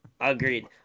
Agreed